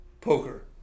poker